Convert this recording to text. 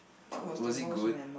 was it good